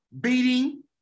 beating